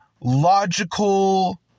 logical